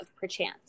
perchance